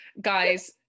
guys